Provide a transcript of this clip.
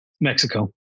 Mexico